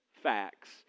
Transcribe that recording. facts